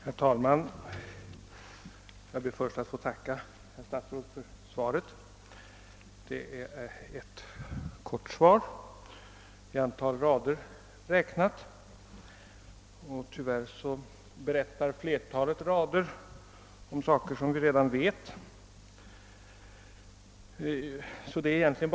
Herr talman! Jag ber att få tacka herr statsrådet för svaret, som ju i. antal rader räknat är mycket kort. Tyvärr berättar också flertalet rader om saker som vi redan känner till, och det är egentligen.